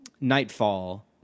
nightfall